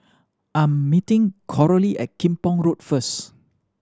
I'm meeting Coralie at Kim Pong Road first